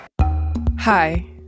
Hi